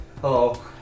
Hello